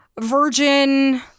virgin